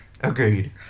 Agreed